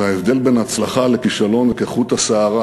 וההבדל בין הצלחה לכישלון הוא כחוט השערה,